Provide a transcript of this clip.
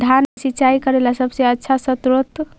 धान मे सिंचाई करे ला सबसे आछा स्त्रोत्र?